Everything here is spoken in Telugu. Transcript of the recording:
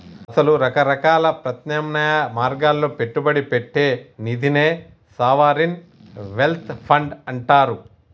అసల రకరకాల ప్రత్యామ్నాయ మార్గాల్లో పెట్టుబడి పెట్టే నిదినే సావరిన్ వెల్త్ ఫండ్ అంటారు